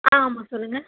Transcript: ஆ ஆமாம் சொல்லுங்கள்